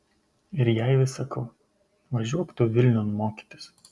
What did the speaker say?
ir jai vis sakau važiuok tu vilniun mokytis